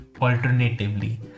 alternatively